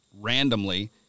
randomly